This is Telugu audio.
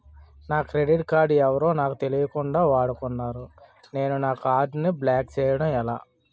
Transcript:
నా క్రెడిట్ కార్డ్ ఎవరో నాకు తెలియకుండా వాడుకున్నారు నేను నా కార్డ్ ని బ్లాక్ చేయడం ఎలా?